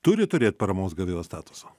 turi turėt paramos gavėjo statusą